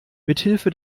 mithilfe